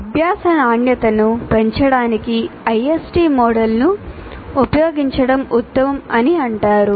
అభ్యాస నాణ్యతను పెంచడానికి ISD మోడల్ను ఉపయోగించడం ఉత్తమం అని అంటారు